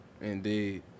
Indeed